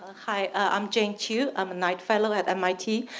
hi, i'm jane chew. i'm a knight fellow at mit.